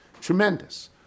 tremendous